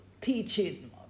teaching